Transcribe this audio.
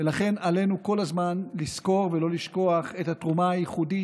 ולכן עלינו כל הזמן לזכור ולא לשכוח את התרומה הייחודית,